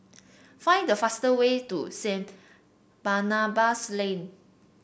find the fastest way to Saint Barnabas Lane